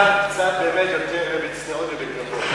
קצת, באמת, יותר בצניעות ובכבוד.